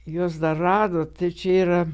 jūs dar radot tai čia yra